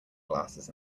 glasses